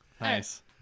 Nice